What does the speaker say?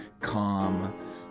calm